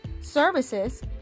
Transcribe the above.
Services